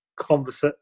converse